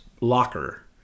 locker